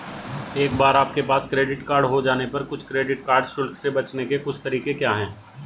एक बार आपके पास क्रेडिट कार्ड हो जाने पर कुछ क्रेडिट कार्ड शुल्क से बचने के कुछ तरीके क्या हैं?